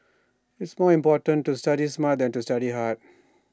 IT is more important to study smart than to study hard